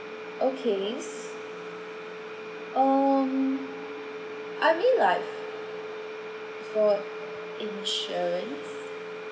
okay um I mean like for insurance